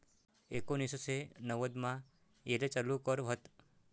एकोनिससे नव्वदमा येले चालू कर व्हत